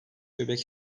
bebek